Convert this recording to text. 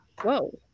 Whoa